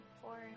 four